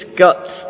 guts